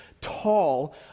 tall